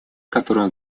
которым